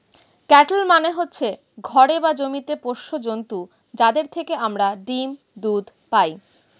cattle মানে হচ্ছে ঘরে বা জমিতে পোষ্য জন্তু যাদের থেকে আমরা ডিম, দুধ পাই